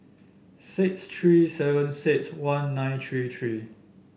six three seven six one nine three three